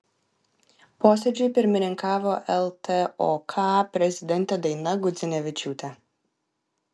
posėdžiui pirmininkavo ltok prezidentė daina gudzinevičiūtė